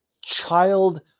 child